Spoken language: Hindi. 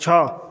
छः